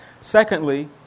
Secondly